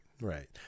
right